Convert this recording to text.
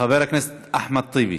חבר הכנסת אחמד טיבי,